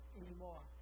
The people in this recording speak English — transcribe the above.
anymore